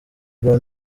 brown